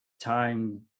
time